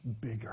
bigger